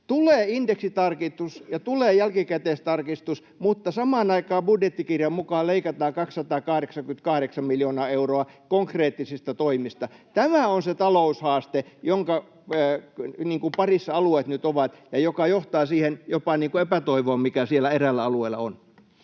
Tulee indeksitarkistus, ja tulee jälkikäteistarkistus, mutta samaan aikaan budjettikirjan mukaan leikataan 288 miljoonaa euroa konkreettisista toimista. Tämä on se taloushaaste, jonka parissa alueet nyt ovat ja joka johtaa jopa siihen epätoivoon, mikä siellä eräillä alueilla on.